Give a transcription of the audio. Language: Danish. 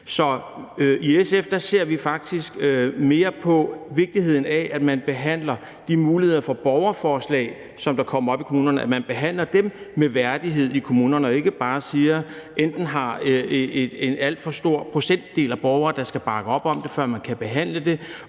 i SF ser vi faktisk mere på vigtigheden af, at man behandler de borgerforslag, som det er muligt at få op i kommunerne, med værdighed i kommunerne og ikke bare siger, at man skal have en alt for stor procentdel af borgerne, der skal bakke op om det, før man kan behandle det,